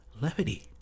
levity